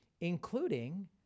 including